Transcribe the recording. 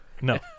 No